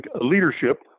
leadership